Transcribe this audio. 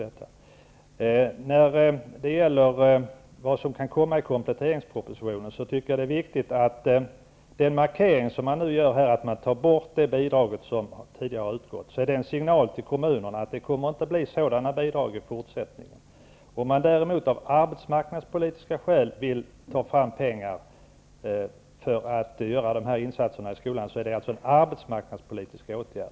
Beträffande vad som kan komma att föreslås i kompletteringspropositionen, tycker jag att det är viktigt att den markering som nu görs genom att det bidrag som tidigare har utgått tas bort är en signal till kommunerna att det inte kommer att bli sådana bidrag i fortsättningen. Om man däremot av arbetsmarknadspolitiska skäl vill ta fram pengar för att göra dessa insatser i skolan, är det alltså en arbetsmarknadspolitisk åtgärd.